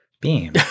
beam